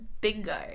bingo